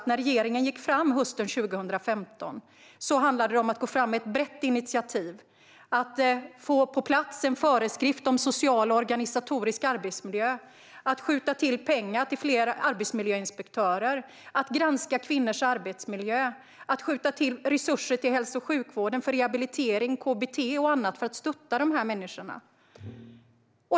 Regeringen gick därför hösten 2015 fram med ett brett initiativ för att få på plats en föreskrift om social och organisatorisk arbetsmiljö, skjuta till pengar till fler arbetsmiljöinspektörer, granska kvinnors arbetsmiljö och skjuta till resurser till hälso och sjukvården för rehabilitering, KBT och annat för att stötta dessa människor.